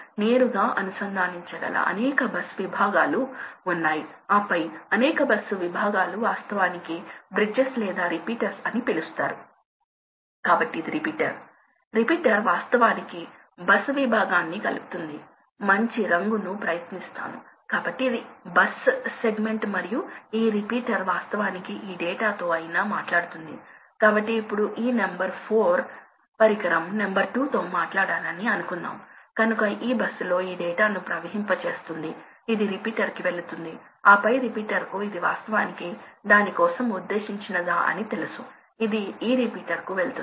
fan కోసం ఉపయోగించిన తదుపరి కంట్రోల్ ను అవుట్లెట్ డాంపర్ కంట్రోల్ అని పిలుస్తారు కాబట్టి ప్రాథమికంగా డాంపర్ అంటే ఇది వేయిన్ సమితి లాంటిదని మీకు తెలుసు మీకు కొన్నిసార్లు చూసుంటారు మీరు సూర్యుడిని దూరంగా ఉంచడానికి మీరు కిటికీల మీద ఏదైనా ఉంచేదానిని మీరు తప్పక చూసుంటారు ఏమిటి అవి ఉన్నాయి అక్కడ మీరు అంతరాలను మార్చవచ్చు మీరు వాటిని తరలించవచ్చు లేదా మీరు వాటిని ఇలాగే ఉంచవచ్చు తద్వారా కొంత గాలి ప్రవహిస్తుంది